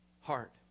heart